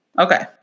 Okay